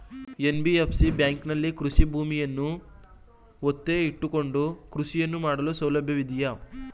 NBFC ಬ್ಯಾಂಕಿನಲ್ಲಿ ಕೃಷಿ ಭೂಮಿಯನ್ನು ಒತ್ತೆ ಇಟ್ಟುಕೊಂಡು ಕೃಷಿಯನ್ನು ಮಾಡಲು ಸಾಲಸೌಲಭ್ಯ ಇದೆಯಾ?